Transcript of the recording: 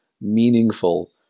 meaningful